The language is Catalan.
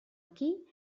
aquí